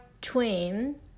twin